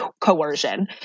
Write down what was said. coercion